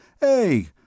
Hey